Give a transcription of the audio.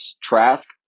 Trask